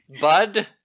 Bud